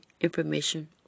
information